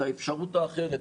את האפשרות האחרת,